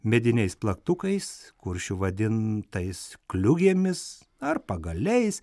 mediniais plaktukais kuršių vadintais kliugėmis ar pagaliais